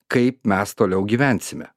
kaip mes toliau gyvensime